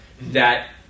that-